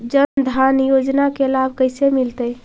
जन धान योजना के लाभ कैसे मिलतै?